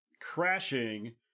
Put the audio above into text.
crashing